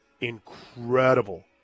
incredible